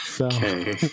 Okay